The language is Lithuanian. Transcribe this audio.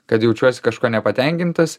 kad jaučiuosi kažkuo nepatenkintas